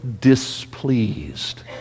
displeased